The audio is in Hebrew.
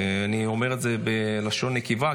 אני אומר את זה בלשון נקבה,